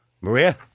Maria